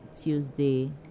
Tuesday